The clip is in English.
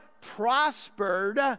prospered